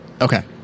Okay